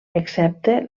excepte